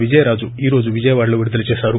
విజయరాజు ఈ రోజు విజయవాడలో విడుదల చేశారు